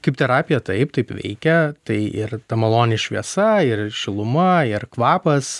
kaip terapija taip taip veikia tai ir ta maloni šviesa ir šiluma ir kvapas